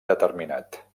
determinat